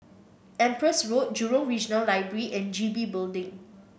Empress Road Jurong Regional Library and G B Building